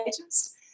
agents